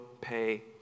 pay